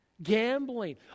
Gambling